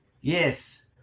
Yes